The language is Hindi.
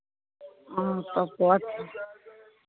ओ तब तो अच्छा है